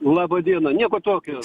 laba diena nieko tokio